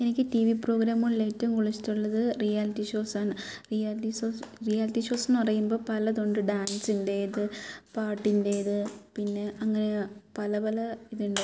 എനിക്ക് T V പ്രോഗ്രാമുകളിൽ ഏറ്റവും കൂടുതൽ ഇഷ്ടമുള്ളത് റിയാലിറ്റി ഷോസ് ആണ് റിയാലിറ്റി ഷോസ് റിയാലിറ്റി ഷോസ് എന്ന് പറയുമ്പോൾ പലതുണ്ട് ഡാൻസിൻറ്റേത് പാട്ടിൻറ്റേത് പിന്നെ അങ്ങനെ പല പല ഇതുണ്ട്